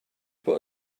put